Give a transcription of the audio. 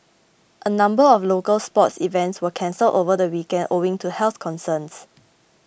a number of local sports events were cancelled over the weekend owing to health concerns